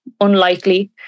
unlikely